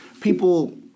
people